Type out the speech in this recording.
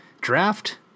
draft